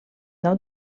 nou